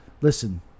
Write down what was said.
Listen